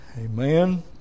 amen